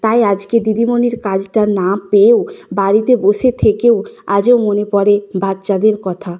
তাই আজকে দিদিমণির কাজটা না পেয়েও বাড়িতে বসে থেকেও আজও মনে পড়ে বাচ্চাদের কথা